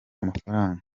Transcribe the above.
amafaranga